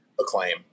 acclaim